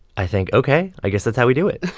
i think, ok. i guess that's how we do it,